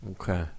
Okay